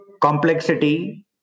Complexity